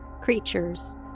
creatures